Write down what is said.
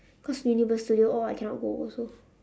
cause universal-studios all I cannot go also